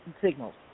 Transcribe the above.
signals